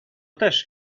też